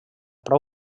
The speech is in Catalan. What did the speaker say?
prou